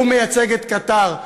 הוא מייצג את קטאר.